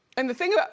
and the thing about,